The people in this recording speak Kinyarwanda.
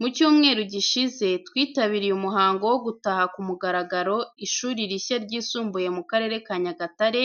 Mu cyumweru gishize, twitabiriye umuhango wo gutaha ku mugaragaro ishuri rishya ryisumbuye mu Karere ka Nyagatare,